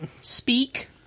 Speak